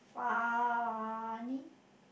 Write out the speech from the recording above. funny